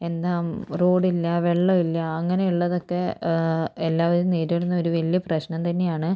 എന്താ റോഡില്ല വെള്ളമില്ല അങ്ങനെയുള്ളതൊക്കെ എല്ലാവരും നേരിടുന്ന ഒരു വലിയ പ്രശ്നം തന്നെയാണ്